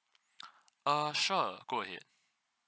uh sure go ahead